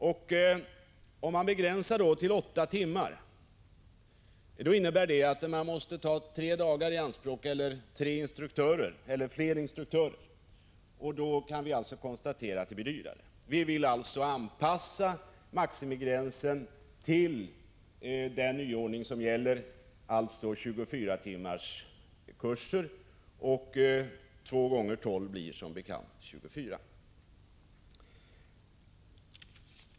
Om det då sätts en gräns vid åtta timmar innebär det att instruktörerna måste ta tre dagar i anspråk eller att det behövs fler instruktörer, vilket också blir dyrare. Vi moderater vill alltså anpassa maximigränsen till den nyordning som gäller, dvs. 24-timmarskurser — 2 gånger 12 blir som bekant 24.